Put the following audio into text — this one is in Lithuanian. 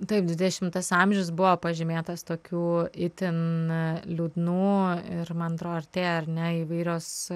taip dvidešimtas amžius buvo pažymėtas tokių itin liūdnų ir man atrodo artėja ar ne įvairios